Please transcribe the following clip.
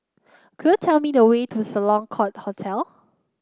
could you tell me the way to Sloane Court Hotel